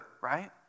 right